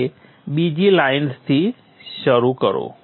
એટલે બીજી લાઇનથી શરૂઆત કરો